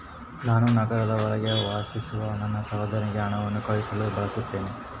ನಾನು ನಗರದ ಹೊರಗೆ ವಾಸಿಸುವ ನನ್ನ ಸಹೋದರನಿಗೆ ಹಣವನ್ನು ಕಳುಹಿಸಲು ಬಯಸುತ್ತೇನೆ